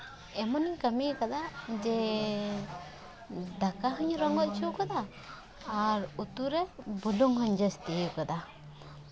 ᱮᱢᱚᱱᱤᱧ ᱠᱟᱹᱢᱤᱠᱟᱫᱟ ᱡᱮ ᱫᱟᱠᱟ ᱦᱚᱸᱧ ᱨᱚᱝᱜᱚ ᱦᱚᱪᱚ ᱠᱟᱫᱟ ᱟᱨ ᱩᱛᱩ ᱨᱮ ᱵᱩᱞᱩᱝ ᱦᱚᱸᱧ ᱡᱟᱹᱥᱛᱤ ᱠᱟᱫᱟ